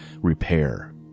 repair